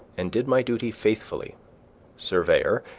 and did my duty faithfully surveyor,